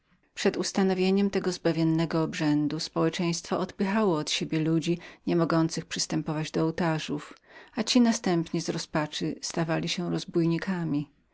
ustanowieniem tego zbawiennego obrzędu towarzystwo odpychało od siebie ludzi nie mogących przystępować do ołtarzów a którzy następnie z rozpaczy stawali się rozbójnikami